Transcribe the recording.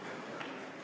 Kõik